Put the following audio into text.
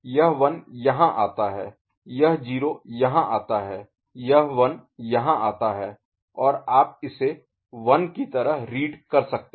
यह 1 यहाँ आता है यह 0 यहाँ आता है यह 1 यहाँ आता है और आप इसे 1 की तरह रीड कर सकते हैं